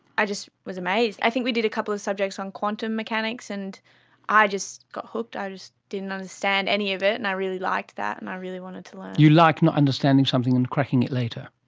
i just was amazed. i think we did a couple of subjects on quantum mechanics and i just got hooked. i just didn't understand any of it and i really liked that and i really wanted to learn. you like not understanding something and cracking it later?